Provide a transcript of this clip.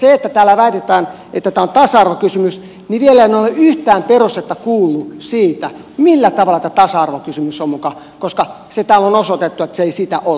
kun täällä väitetään että tämä on tasa arvokysymys niin vielä en ole yhtään perustetta kuullut sille millä tavalla tämä muka on tasa arvokysymys koska se täällä on osoitettu että se ei sitä ole